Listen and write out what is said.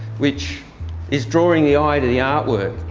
which is drawing the eye to the art work,